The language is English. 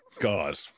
god